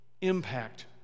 impact